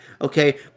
okay